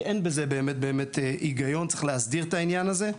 שאין בזה באמת היגיון וצריך להסדיר את העניין הזה.